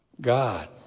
God